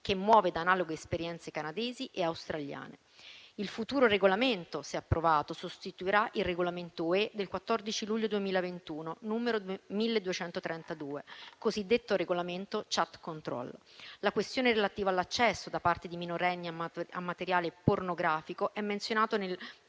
che muove da analoghe esperienze canadesi e australiane. Il futuro regolamento, se approvato, sostituirà il regolamento UE del 14 luglio 2021, n. 1232, il cosiddetto regolamento *chat control*. La questione relativa all'accesso, da parte di minorenni, a materiale pornografico è menzionato nel